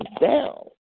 down